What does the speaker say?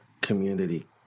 community